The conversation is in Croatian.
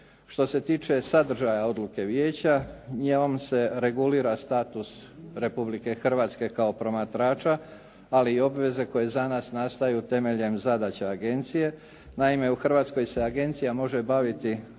Što se tiče sadržaja odluke vijeća, njom se regulira status Republike Hrvatske kao promatrača, ali i obveze koje za nas nastaju temeljem zadaća agencije. Naime u Hrvatskoj se agencija može baviti